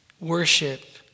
worship